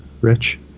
rich